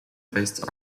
based